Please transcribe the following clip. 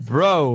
Bro